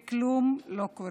וכולם לא קורה.